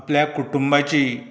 आपल्या कुटुंबाची